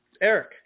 Eric